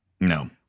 No